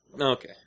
Okay